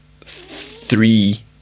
three